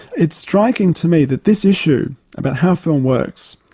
it's striking to me that this issue about how film works,